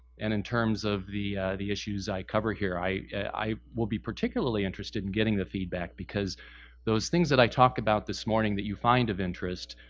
and in terms of the the issues i cover here. i i will be particularly interested in getting the feedback, because those things that i talk about this morning that you find of interest,